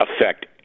affect